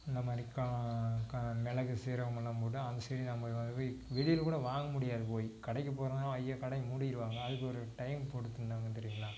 இந்த மாதிரி க க மிளகு சீரகமெல்லாம் போட்டு அதை வெ வெளியில் கூட வாங்க முடியாது போய் கடைக்குப் போகிறதுனாலும் ஐயையோ கடையை மூடிடுவாங்க அதுக்கு ஒரு டைம் கொடுத்துருந்தாங்க தெரியுங்களா